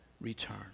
return